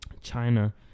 China